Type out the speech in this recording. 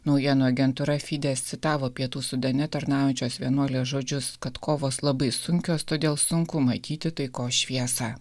naujienų agentūra fides citavo pietų sudane tarnaujančios vienuolės žodžius kad kovos labai sunkios todėl sunku matyti taikos šviesą